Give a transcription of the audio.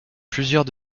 plusieurs